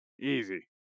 Easy